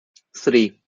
three